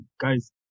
guys